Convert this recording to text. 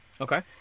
Okay